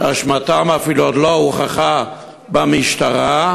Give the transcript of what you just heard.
שאשמתם אפילו עוד לא הוכחה במשטרה,